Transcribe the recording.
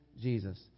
Jesus